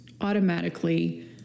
automatically